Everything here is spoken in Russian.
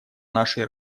нашей